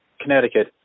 Connecticut